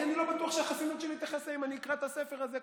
כי אני לא בטוח שהחסינות תכסה אם אני אקרא את הספר הזה.